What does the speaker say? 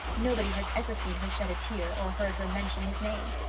nobody has ever seen her shed a tear or heard her mention his name.